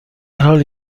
حالی